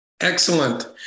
Excellent